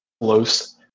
close